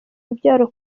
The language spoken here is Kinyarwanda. urubyaro